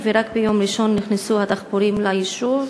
כראוי, ורק ביום ראשון נכנסו הדחפורים ליישוב.